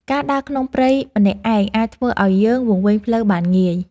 ការដើរក្នុងព្រៃម្នាក់ឯងអាចធ្វើឱ្យយើងវង្វេងផ្លូវបានងាយ។